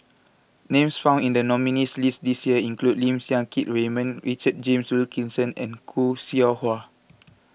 names found in the nominees' list this year include Lim Siang Keat Raymond Richard James Wilkinson and Khoo Seow Hwa